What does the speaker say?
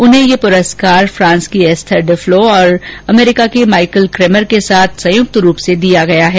उन्हें यह पुरस्कार फ़ांस की एस्थर डुफ़्लो और अमेरिका के माइकल केमर के साथ संयुक्त रूप से दिया गया है